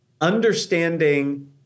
understanding